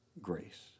grace